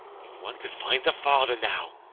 if one could find the father now!